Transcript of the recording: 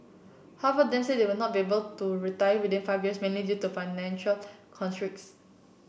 half of them said they would not be able to retire within five years mainly due to financial constraints